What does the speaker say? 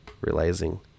realizing